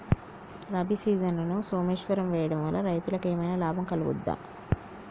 రబీ సీజన్లో సోమేశ్వర్ వేయడం వల్ల రైతులకు ఏమైనా లాభం కలుగుద్ద?